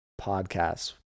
podcasts